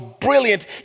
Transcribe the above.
brilliant